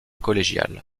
collégiale